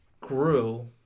grew